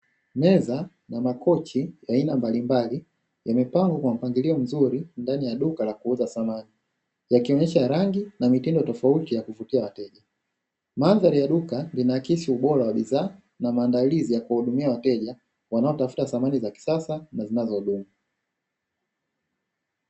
Meza na makochi ya aina mbalimbali yamepangwa kwa mpangilio mzuri ndani ya duka la kuuza samaki. Yakionesha rangi na mitindo tofauti ya kuvutia wateja. Manzari ya duka linaakisi ubora wa bidhaa na maandalizi ya kuwahudumia wateja wanaotafuta samani za kisasa na zinazodumu.